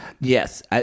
Yes